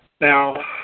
Now